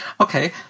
Okay